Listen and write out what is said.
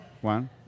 One